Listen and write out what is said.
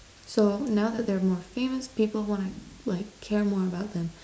so now that they are most famous people wanna like care more about them